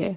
है